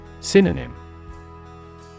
Synonym